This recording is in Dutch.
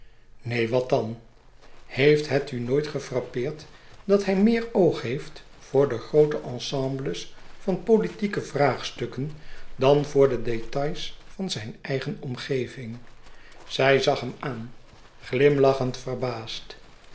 neen wat dan heeft het u nooit gefrappeerd dat bij meer oog heeft voor de groote ensembles van politieke vraagstukken dan voor de détails van zijn eigen omgeving zij zag hem aan glimlachend verbaasd